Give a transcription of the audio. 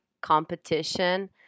competition